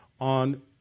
on